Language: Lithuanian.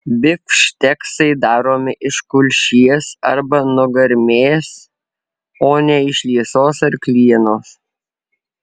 bifšteksai daromi iš kulšies arba nugarmės o ne iš liesos arklienos